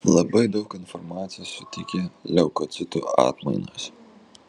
labai daug informacijos suteikia leukocitų atmainos